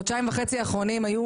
החודשיים וחצי האחרונים היו,